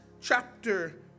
chapter